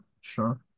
Sure